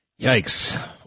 yikes